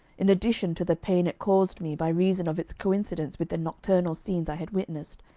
in addition to the pain it caused me by reason of its coincidence with the nocturnal scenes i had witnessed,